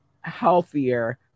healthier